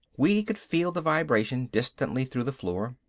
we could feel the vibration, distantly through the floor.